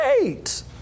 great